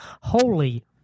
Holy